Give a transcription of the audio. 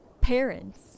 parents